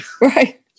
right